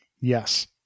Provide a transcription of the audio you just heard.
Yes